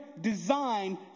designed